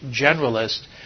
generalist